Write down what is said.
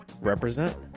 Represent